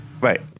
right